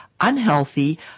unhealthy